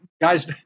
guys